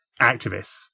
activists